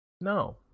No